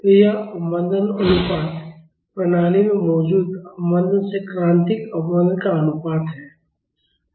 तो यह अवमंदन अनुपात प्रणाली में मौजूद अवमंदन से क्रांतिक अवमंदन का अनुपात है